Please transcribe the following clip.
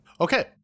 Okay